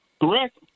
Correct